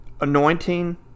Anointing